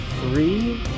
three